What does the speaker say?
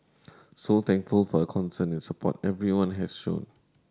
so thankful for concern and support everyone has shown